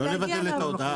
לא לבטל את ההודעה.